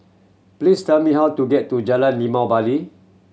please tell me how to get to Jalan Limau Bali